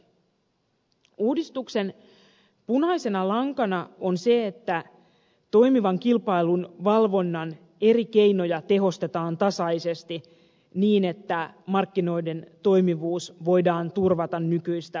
uudistuksen punaisena lankana on se että toimivan kilpailun valvonnan eri keinoja tehostetaan tasaisesti niin että markkinoiden toimivuus voidaan turvata nykyistä paremmin